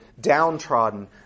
downtrodden